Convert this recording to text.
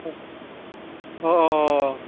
औ अ अ अ